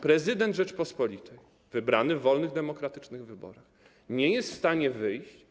Prezydent Rzeczypospolitej wybrany w wolnych, demokratycznych wyborach nie jest w stanie wyjść.